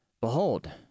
behold